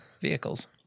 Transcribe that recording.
vehicles